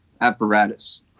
apparatus